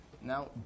Now